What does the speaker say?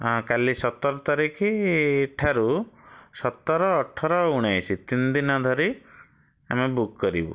ହଁ କାଲି ସତର ତାରିଖ ଠାରୁ ସତର ଅଠର ଉଣେଇଶ ତିନି ଦିନ ଧରି ଆମେ ବୁକ୍ କରିବୁ